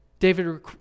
David